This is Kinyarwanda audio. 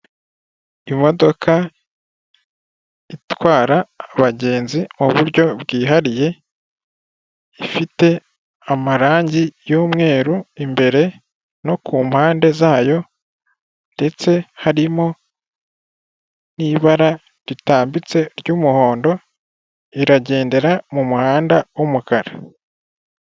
Imodoka itwara abagenzi muburyo bwihariye ifite amarangi y'umweru imbere no kumpande zayo ndetse harimo n'ibara ritambitse ry'umuhondo iragendera mumuhanda w'umukara.